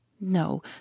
No